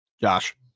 Josh